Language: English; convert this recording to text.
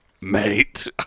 mate